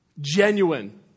genuine